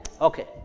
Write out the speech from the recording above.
Okay